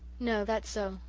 no, that's so,